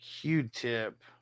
Q-Tip